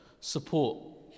support